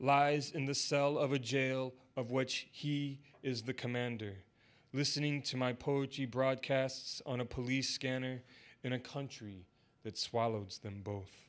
lies in the cell of a jail of which he is the commander listening to my post broadcasts on a police scanner in a country that swallows them both